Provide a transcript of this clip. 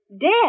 Dead